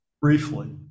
briefly